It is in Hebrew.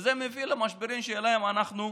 וזה מביא למשברים שאליהם הגענו.